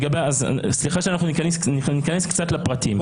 סליחה שנכנסנו לפרטים.